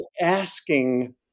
asking